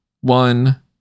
one